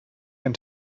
and